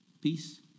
peace